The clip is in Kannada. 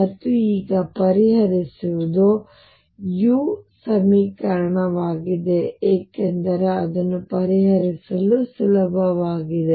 ಮತ್ತು ಈಗ ಪರಿಹರಿಸುವುದು u ಸಮೀಕರಣವಾಗಿದೆ ಏಕೆಂದರೆ ಅದನ್ನು ಪರಿಹರಿಸಲು ಸುಲಭವಾಗಿದೆ